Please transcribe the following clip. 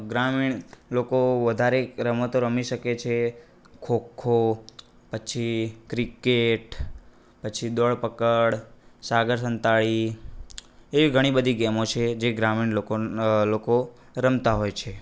ગ્રામીણ લોકો વધારે રમતો રમી શકે છે ખો ખો પછી ક્રિકેટ પછી દોડ પકડ સાગર સંતાઈ એવી ઘણી બધી ગેમો છે જે ગ્રામીણ લોકો લોકો રમતા હોય છે